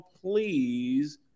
please